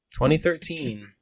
2013